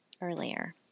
earlier